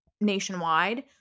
nationwide